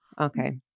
Okay